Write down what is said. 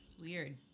Weird